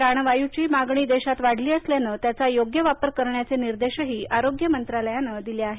प्राणवायूची मागणी देशात वाढली असल्यानं त्याचा योग्य वापर करण्याचे निर्देशही आरोग्य मंत्रालयानं दिले आहेत